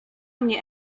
mnie